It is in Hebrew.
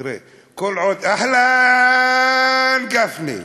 תראה, כל עוד, אהלן, גפני.